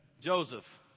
Joseph